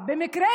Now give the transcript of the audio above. גדול,